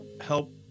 help